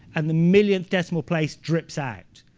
and the millionth decimal place drips out.